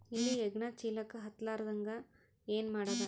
ಇಲಿ ಹೆಗ್ಗಣ ಚೀಲಕ್ಕ ಹತ್ತ ಲಾರದಂಗ ಏನ ಮಾಡದ?